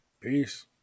Peace